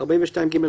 וגם צדק.